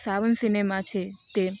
સાવન cinema છે તે